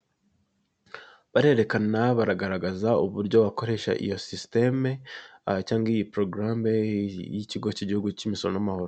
Barerekana baragaragaza uburyo bakoresha iyo sisiteme cyangwa iyi porogarame y'ikigo k'imisoro n'amahoro.